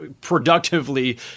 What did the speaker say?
productively